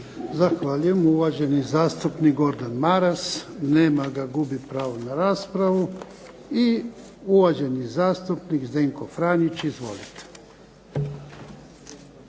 Zahvaljujem. Uvaženi zastupnik Gordan Maras. Nema ga, gubi pravo na raspravu. I uvaženi zastupnik Zdenko Franić. Izvolite.